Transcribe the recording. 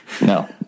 no